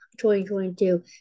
2022